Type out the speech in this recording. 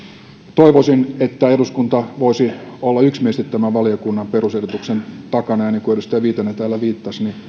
toivoisin että eduskunta voisi olla yksimielisesti tämän valiokunnan perusehdotuksen takana ja niin kuin edustaja viitanen täällä viittasi